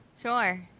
Sure